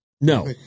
No